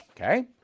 Okay